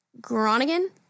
Groningen